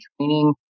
training